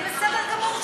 זה בסדר גמור,